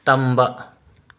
ꯇꯝꯕ